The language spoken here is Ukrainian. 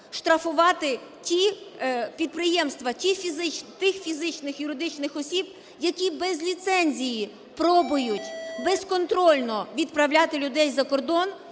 штрафувати ті підприємства тих фізичних, юридичних осіб, які без ліцензії пробують безконтрольно відправляти людей за кордон